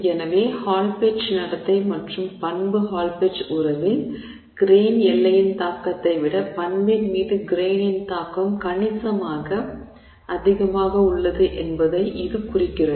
எனவே Hall Petch நடத்தை மற்றும் பண்பு ஹால் பெட்ச் உறவில் கிரெய்ன் எல்லையின் தாக்கத்தை விட பண்பின் மீது கிரெய்னின் தாக்கம் கணிசமாக அதிகமாக உள்ளது என்பதை இது குறிக்கிறது